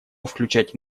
включать